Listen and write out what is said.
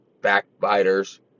backbiters